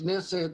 כנסת,